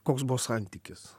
koks buvo santykis